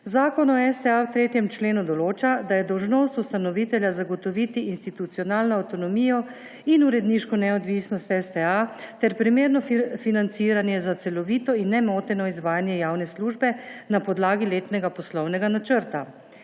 Zakon o STA v 3. členu določa, da je dolžnost ustanovitelja zagotoviti institucionalno avtonomijo in uredniško neodvisnost STA ter primerno financiranje za celovito in nemoteno izvajanje javne službe na podlagi letnega poslovnega načrta.